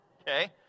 Okay